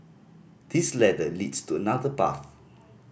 this ladder leads to another path